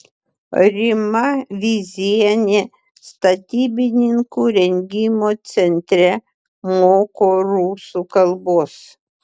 rima vyzienė statybininkų rengimo centre moko rusų kalbos